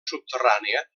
subterrània